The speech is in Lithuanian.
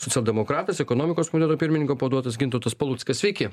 socialdemokratas ekonomikos komiteto pirmininko pavaduotojas gintautas paluckas sveiki